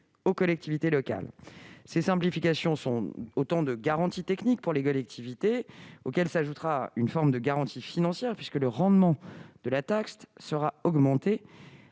aux collectivités locales. À ces simplifications, qui sont autant de garanties techniques pour les collectivités, s'ajoutera une forme de garantie financière puisque le rendement de la taxe sera augmenté